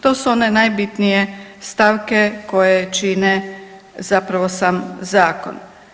To su one najbitnije stavke koje čine zapravo sam zakon.